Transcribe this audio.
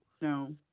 No